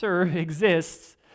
exists